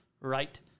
right